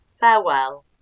Farewell